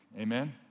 amen